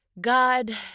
God